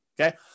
okay